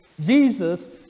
Jesus